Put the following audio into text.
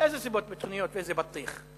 איזה סיבות ביטחוניות ואיזה בטיח.